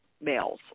males